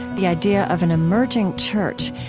the idea of an emerging church,